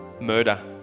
Murder